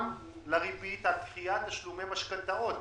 גם לריבית על דחיית תשלומי משכנתאות.